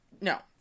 no